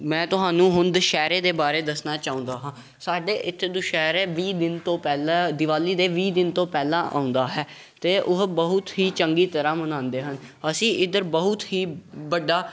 ਮੈਂ ਤੁਹਾਨੂੰ ਹੁਣ ਦੁਸਹਿਰੇ ਦੇ ਬਾਰੇ ਦੱਸਣਾ ਚਾਹੁੰਦਾ ਹਾਂ ਸਾਡੇ ਇੱਥੇ ਦੁਸਹਿਰੇ ਵੀਹ ਦਿਨ ਤੋਂ ਪਹਿਲਾਂ ਦੀਵਾਲੀ ਦੇ ਵੀਹ ਦਿਨ ਤੋਂ ਪਹਿਲਾਂ ਆਉਂਦਾ ਹੈ ਅਤੇ ਉਹ ਬਹੁਤ ਹੀ ਚੰਗੀ ਤਰ੍ਹਾਂ ਮਨਾਉਂਦੇ ਹਨ ਅਸੀਂ ਇੱਧਰ ਬਹੁਤ ਹੀ ਵੱਡਾ